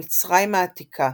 במצרים העתיקה,